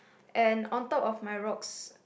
and on top of my rocks